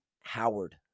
Howard